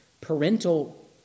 Parental